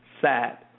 sad